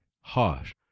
harsh